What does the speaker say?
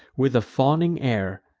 with a fawning air,